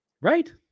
Right